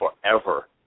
forever